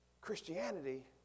Christianity